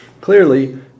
Clearly